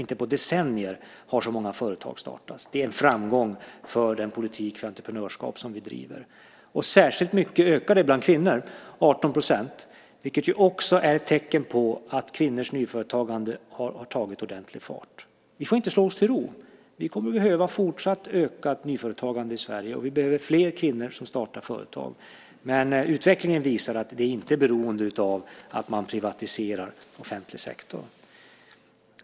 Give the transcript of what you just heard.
Inte på decennier har så många företag startats. Det är en framgång för den politik för entreprenörskap som vi driver. Särskilt mycket ökar detta bland kvinnor, 18 %, vilket också är tecken på att kvinnors nyföretagande har tagit ordentlig fart. Vi får inte slå oss till ro. Vi kommer att behöva fortsatt ökat nyföretagande i Sverige, och vi behöver fler kvinnor som startar företag, men utvecklingen visar att det här inte är beroende av att man privatiserar offentlig sektor.